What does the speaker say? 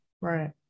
Right